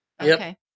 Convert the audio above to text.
Okay